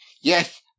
yes